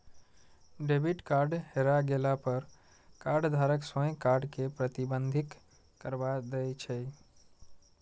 debit card हेरा गेला पर कार्डधारक स्वयं कार्ड कें प्रतिबंधित करबा दै छै